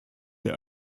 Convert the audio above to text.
der